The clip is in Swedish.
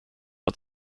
att